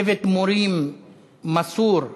צוות מורים מסור וחרוץ,